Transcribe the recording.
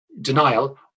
denial